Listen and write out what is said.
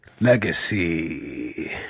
Legacy